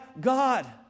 God